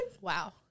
wow